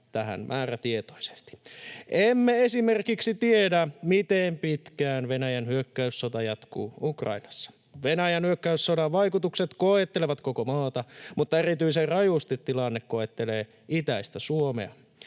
tähän määrätietoisesti. Emme esimerkiksi tiedä, miten pitkään Venäjän hyökkäyssota jatkuu Ukrainassa. Venäjän hyökkäyssodan vaikutukset koettelevat koko maata, mutta erityisen rajusti tilanne koettelee itäistä Suomea.